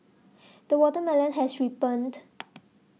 the watermelon has ripened